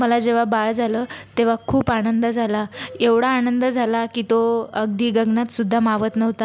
मला जेव्हा बाळ झालं तेव्हा खूप आनंद झाला एवढा आनंद झाला की तो अगदी गगनातसुद्धा मावत नव्हता